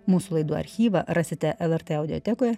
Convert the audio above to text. mūsų laidų archyvą rasite lrt audiotekoje